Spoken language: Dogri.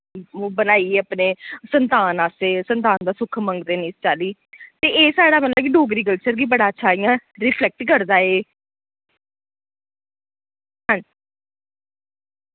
बनाइयै अपने संतान आस्तै संतान दा सुख मंगदे न इस चाल्ली ते एह् साढ़ा मतलब कि डोगरी कल्चर गी बड़ा अच्छा इ'यां रिफ्लेक्ट करदा एह्